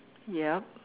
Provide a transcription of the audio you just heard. yup